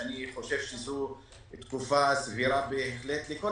אני חושב שזו תקופה סבירה בהחלט לכל